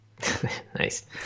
nice